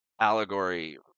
allegory